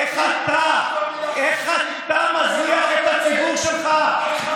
איך אתה מזניח את הציבור שלך,